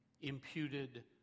imputed